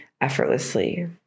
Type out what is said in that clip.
effortlessly